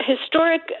Historic